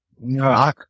No